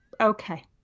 okay